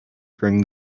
bring